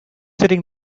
sitting